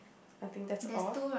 I think that's all